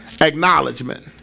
acknowledgement